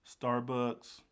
Starbucks